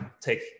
take